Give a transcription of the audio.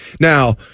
now